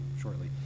shortly